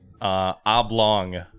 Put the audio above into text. oblong